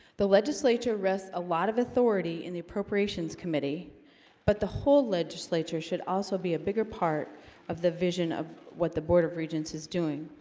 the legislature arrests a lot of authority in the appropriations committee but the whole legislature should also be a bigger part of the vision of what the board of regents is doing